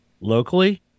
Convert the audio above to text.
locally